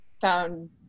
found